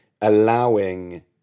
allowing